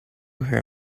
her